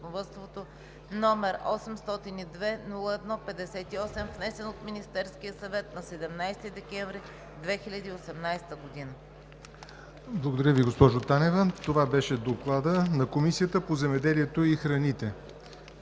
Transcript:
№ 802-01-58, внесен от Министерския съвет на 17 декември 2018 г.